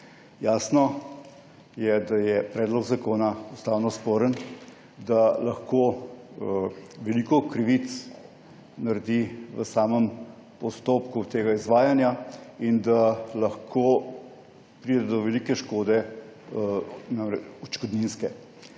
Jasno je, da je predlog zakona ustavno sporen, da lahko veliko krivic naredi v samem postopku tega izvajanja in da lahko pride do velike odškodninske